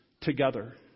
together